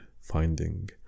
finding